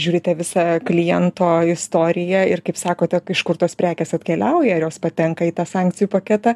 žiūrite visą kliento istoriją ir kaip sakote kur tos prekės atkeliauja ir jos patenka į tą sankcijų paketą